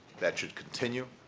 that should continue.